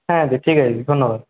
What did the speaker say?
হ্যাঁ দি ঠিক আছে দি ধন্যবাদ